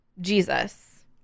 Jesus